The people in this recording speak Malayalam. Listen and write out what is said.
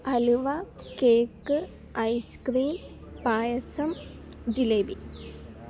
halwa cake ice cream payasam jalebi